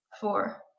four